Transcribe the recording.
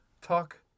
talk